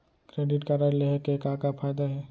Credit card लेहे के का का फायदा हे?